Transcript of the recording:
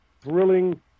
thrilling